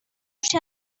شوم